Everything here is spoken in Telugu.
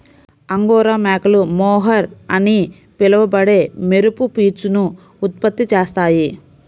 అంగోరా మేకలు మోహైర్ అని పిలువబడే మెరుపు పీచును ఉత్పత్తి చేస్తాయి